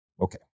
Okay